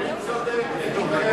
אדוני צודק.